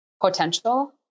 potential